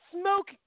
smoke